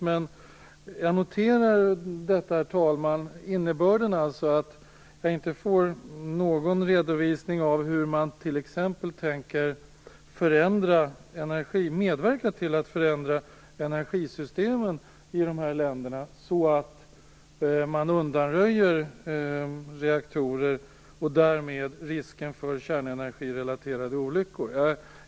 Men jag noterar att jag inte får någon redovisning av hur regeringen t.ex. tänker medverka till att förändra energisystemen i dessa länder så att man avvecklar reaktorer och därmed undanröjer risken för kärnenergirelaterade olyckor.